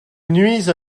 nuisent